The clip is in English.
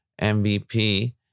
mvp